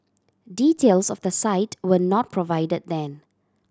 details of the site were not provided then